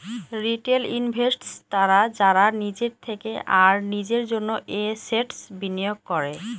retail investors তারা যারা নিজের থেকে আর নিজের জন্য এসেটস বিনিয়োগ করে